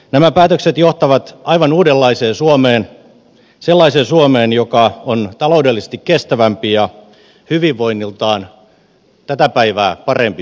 nämä päätökset johtavat aivan uudenlaiseen suomeen sellaiseen suomeen joka on taloudellisesti kestävämpi ja hyvinvoinniltaan tätä päivää parempi suomi